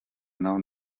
known